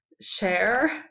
share